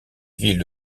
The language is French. ville